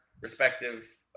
respective